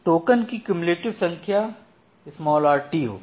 token की cumulative संख्या rt होगी